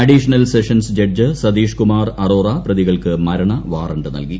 additional sessions judge Satish Kumar Arora പ്രതികൾക്ക് മരണവാറണ്ട് നൽകി